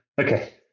Okay